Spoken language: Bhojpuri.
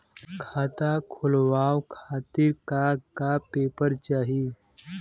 खाता खोलवाव खातिर का का पेपर चाही?